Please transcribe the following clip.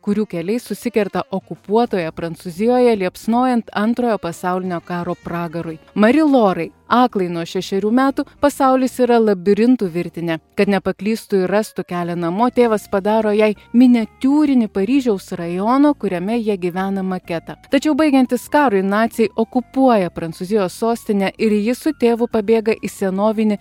kurių keliai susikerta okupuotoje prancūzijoje liepsnojant antrojo pasaulinio karo pragarui mari lorai aklai nuo šešerių metų pasaulis yra labirintų virtinė kad nepaklystų ir rastų kelią namo tėvas padaro jai miniatiūrinį paryžiaus rajono kuriame jie gyvena maketą tačiau baigiantis karui naciai okupuoja prancūzijos sostinę ir ji su tėvu pabėga į senovinį